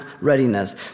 readiness